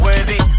Worthy